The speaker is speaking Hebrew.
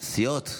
סיעות.